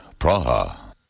Praha